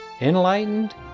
enlightened